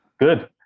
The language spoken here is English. good